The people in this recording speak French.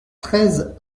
treize